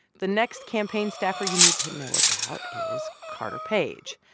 the next campaign staffer you need to know about is carter page.